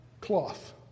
cloth